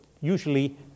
usually